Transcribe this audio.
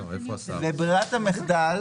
אותם כספים